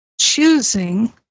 choosing